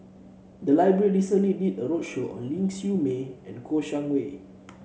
the library recently did a roadshow on Ling Siew May and Kouo Shang Wei